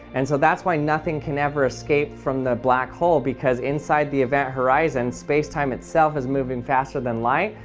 and so that's why nothing can never escape from the black hole because inside the event horizon space-time itself is moving faster than light,